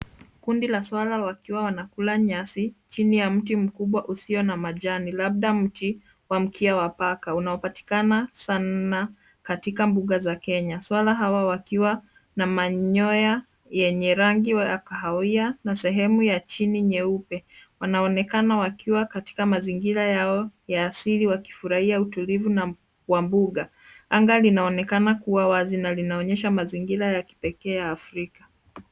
Kundi la swara wakiwa wanakula nyasi chini ya mti mkubwa usiona majani, Labda mti wa mkia wa paka unaopatikana sana katika mbuga za Kenya. Swara hawa wakiwa na manyoya yenye rangi ya Kahawia na sehemu ya chini nyeupe. Wanaonekana wakiwa katika mazingira yao ya asili wakifurahia utulivu wa mbuga. Anga linaonekana kuwa wazi na linaonyesha mazingira ya kipekee ya Afrika.